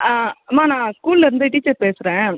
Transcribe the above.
ஆ அம்மா நான் ஸ்கூல்லேருந்து டீச்சர் பேசுகிறேன்